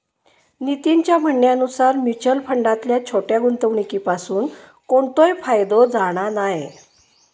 नितीनच्या म्हणण्यानुसार मुच्युअल फंडातल्या छोट्या गुंवणुकीपासून कोणतोय फायदो जाणा नाय